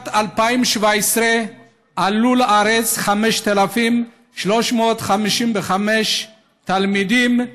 בשנת 2017 עלו לארץ 5,355 תלמידים,